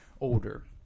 older